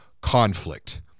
conflict